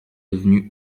devenu